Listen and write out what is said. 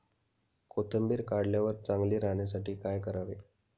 कोथिंबीर काढल्यावर चांगली राहण्यासाठी काय करावे?